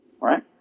right